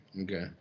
Okay